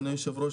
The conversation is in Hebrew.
אדוני היושב-ראש,